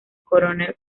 coronel